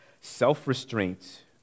self-restraint